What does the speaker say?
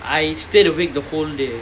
I stayed awake the whole day